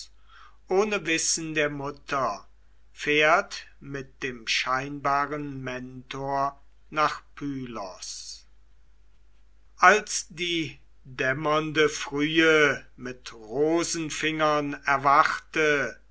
ohne wissen der mutter fährt mit dem scheinbaren mentor nach pylos als die dämmernde frühe mit rosenfingern erwachte